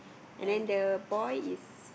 and the boy is